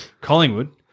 Collingwood